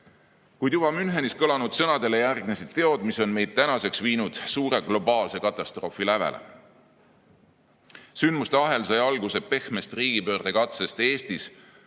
juba Münchenis kõlanud sõnadele järgnesid teod, mis on meid tänaseks viinud suure globaalse katastroofi lävele. Sündmuste ahel sai alguse pehmest riigipöördekatsest Eestis